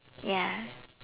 ya